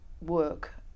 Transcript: work